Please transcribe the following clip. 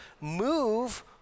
move